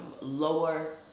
lower